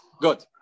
Good